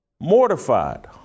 mortified